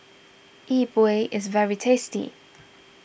Yi Bua is very tasty